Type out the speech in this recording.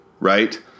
right